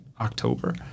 October